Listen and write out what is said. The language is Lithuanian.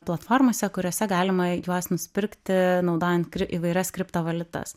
platformose kuriose galima juos nusipirkti naudojant įvairias kriptovaliutas